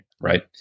right